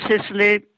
Sicily